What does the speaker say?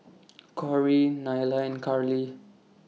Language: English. Corry Nyla and Karly